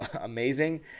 amazing